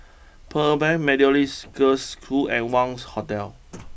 Pearl Bank Methodist Girls' School and Wangz Hotel